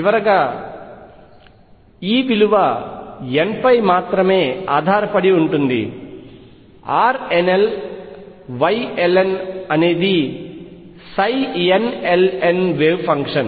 చివరగా E విలువ n పై మాత్రమే ఆధారపడి ఉంటుంది RnlYln అనేది nln వేవ్ ఫంక్షన్